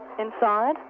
inside